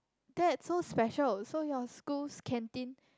that so special so your school's canteen